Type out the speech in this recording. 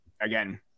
again